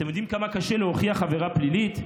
אתם יודעים כמה קשה להוכיח עבירה פלילית?